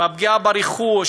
הפגיעה ברכוש,